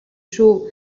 шүү